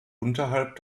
unterhalb